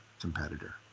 competitor